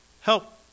help